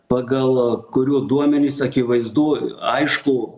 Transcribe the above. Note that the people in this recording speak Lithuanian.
pagal kurių duomenis akivaizdu aišku